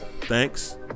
Thanks